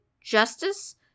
justice